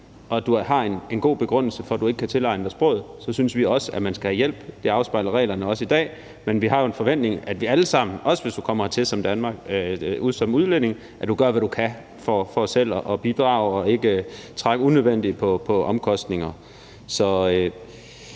og har en god begrundelse for ikke at kunne tilegne sig sproget, skal man også have hjælp, og det afspejler reglerne også i dag. Men vi har en forventning om, at vi alle sammen – også hvis man kommer hertil som udlænding – gør, hvad vi kan for selv at bidrage og ikke trække unødvendigt på ressourcerne.